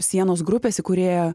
sienos grupės įkūrėja